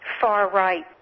far-right